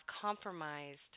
compromised